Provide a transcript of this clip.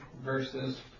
verses